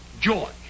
George